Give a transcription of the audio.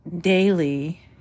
daily